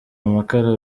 amakara